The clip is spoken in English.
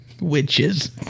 witches